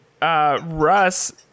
Russ